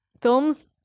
films